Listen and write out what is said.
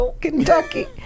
Kentucky